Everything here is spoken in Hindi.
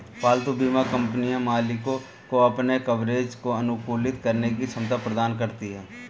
पालतू बीमा कंपनियां मालिकों को अपने कवरेज को अनुकूलित करने की क्षमता प्रदान करती हैं